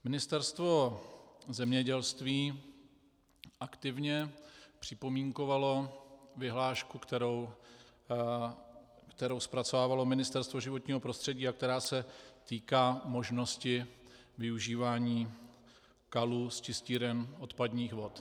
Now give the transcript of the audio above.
Ministerstvo zemědělství aktivně připomínkovalo vyhlášku, kterou zpracovávalo Ministerstvo životního prostředí a která se týká možnosti využívání kalů z čistíren odpadních vod.